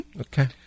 Okay